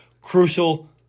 crucial